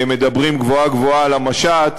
שמדברים גבוהה-גבוהה על המשט,